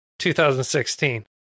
2016